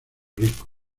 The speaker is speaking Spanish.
rico